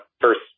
first